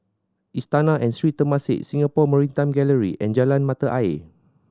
Istana and Sri Temasek Singapore Maritime Gallery and Jalan Mata Ayer